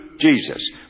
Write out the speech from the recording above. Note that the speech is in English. Jesus